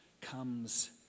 comes